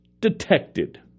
detected